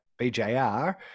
BJR